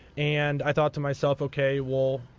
and i thought to myself, ok, well,